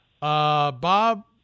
Bob